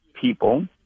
people